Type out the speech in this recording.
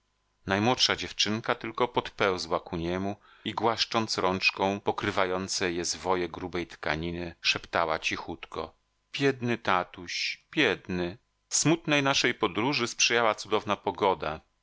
najmłodsza dziewczynka tylko podpełzła ku niemu i głaszcząc rączką pokrywające je zwoje grubej tkaniny szeptała cichutko biedny tatuś biedny smutnej naszej podróży sprzyjała cudowna pogoda